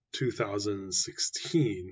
2016